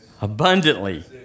abundantly